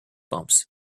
bumps